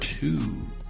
two